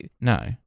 No